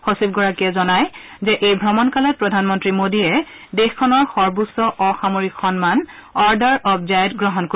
সচিবগৰাকীয়ে জনাই যে এই ভ্ৰমণকালত প্ৰধানমন্ত্ৰী মোদীয়ে দেশখনৰ সৰ্বোচ্চ অসামৰিক সন্মান অৰ্ডাৰ অব্ জায়েদ গ্ৰহণ কৰিব